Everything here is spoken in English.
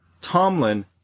Tomlin